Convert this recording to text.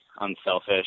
unselfish